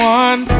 one